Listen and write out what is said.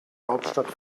hauptstadt